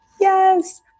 Yes